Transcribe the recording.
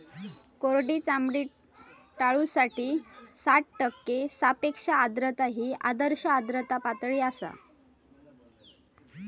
कोरडी चामडी टाळूसाठी साठ टक्के सापेक्ष आर्द्रता ही आदर्श आर्द्रता पातळी आसा